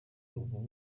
ubu